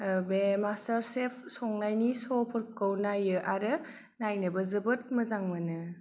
बे master chef संनायनि स' फोरखौ नायो आरो नायनोबो जोबोत मोजां मोनो